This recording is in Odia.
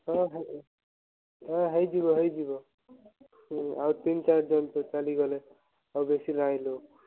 ହଁ ହଁ ହେଇ ଯିବ ହେଇ ଯିବ ଆଉ ତିନି ଚାରି ଜଣ ତ ଚାଲି ଗଲେ ଆଉ ବେଶୀ ନାହି ଲୋ